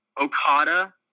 Okada